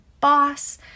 boss